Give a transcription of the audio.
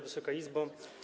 Wysoka Izbo!